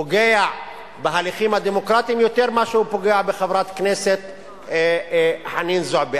פוגע בהליכים הדמוקרטיים יותר מאשר פוגע בחברת הכנסת חנין זועבי.